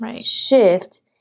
shift